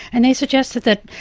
and they suggested that,